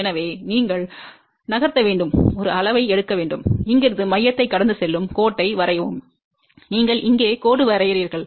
எனவே நீங்கள் நகர்த்த வேண்டும் ஒரு அளவை எடுக்க வேண்டும் இங்கிருந்து மையத்தை கடந்து செல்லும் கோட்டை வரையவும் நீங்கள் இங்கே கோடு வரைகிறீர்கள்